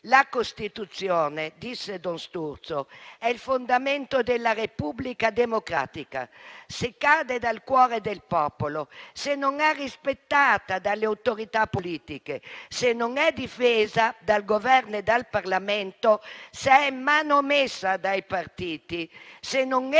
La Costituzione, disse don Sturzo, è il fondamento della Repubblica democratica. Se cade dal cuore del popolo, se non è rispettata dalle autorità politiche, se non è difesa dal Governo e dal Parlamento, se è manomessa dai partiti, se non entra